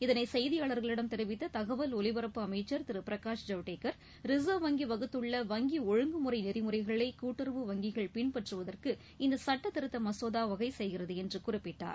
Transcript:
இதனை செய்தியாளர்களிடம் தெரிவித்த தகவல் ஒலிபரப்பு அமைச்சர் திரு பிரகாஷ் ஜவ்டேக்கர் ரிசர்வ் வங்கி வகுத்துள்ள வங்கி ஒழுங்குமுறை நெறிமுறைகளை கூட்டுறவு வங்கிகள் பின்பற்றுவதற்கு இந்த சட்டதிருத்த மசோதா வகை செய்கிறது என்று குறிப்பிட்டார்